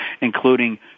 including